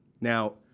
Now